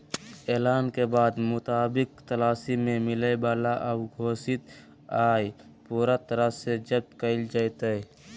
ऐलान के मुताबिक तलाशी में मिलय वाला अघोषित आय पूरा तरह से जब्त कइल जयतय